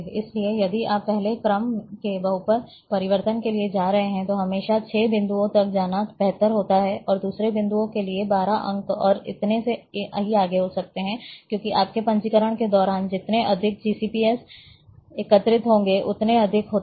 इसलिए यदि आप पहले क्रम के बहुपद परिवर्तन के लिए जा रहे हैं तो हमेशा 6 बिंदुओं तक जाना बेहतर होता है और दूसरे बिंदुओं के लिए 12 अंक और इतने ही आगे हो सकते हैं क्योंकि आपके पंजीकरण के दौरान जितने अधिक जीसीपीएस एकत्रित होंगे उतने अधिक होते हैं